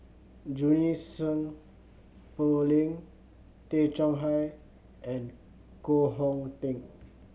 Junie Sng Poh Leng Tay Chong Hai and Koh Hong Teng